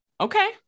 okay